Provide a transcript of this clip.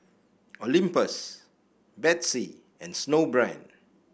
Olympus Betsy and Snowbrand